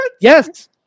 Yes